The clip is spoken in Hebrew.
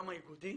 גם האיגודים